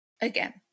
Again